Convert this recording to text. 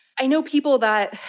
i know people that,